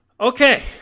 Okay